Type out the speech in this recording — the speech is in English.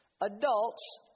Adults